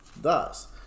Thus